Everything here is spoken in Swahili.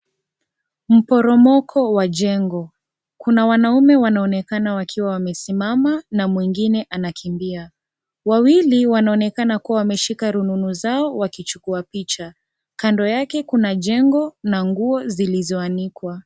Mporomoko wa jengo. Kuna wanaume wanaonekana wakiwa wamesimama na mwengine anakimbia. Wawili wanaonekana kuwa wameshika rununu zao wakichukua picha. Kando yake kuna jengo na nguo zilizoanikwa.